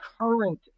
current